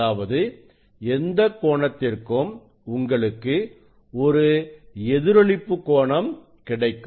அதாவது எந்த ஒரு கோணத்திற்கும் உங்களுக்கு ஒரு எதிரொளிப்பு கோணம் கிடைக்கும்